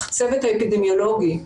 בצוות האפידמיולוגי,